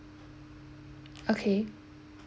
okay